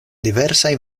diversaj